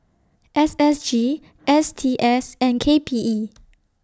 S S G S T S and K P E